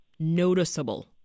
noticeable